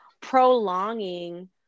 prolonging